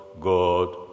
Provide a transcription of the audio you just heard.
God